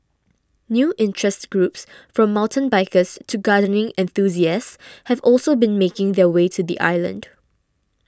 new interest groups from mountain bikers to gardening enthusiasts have also been making their way to the island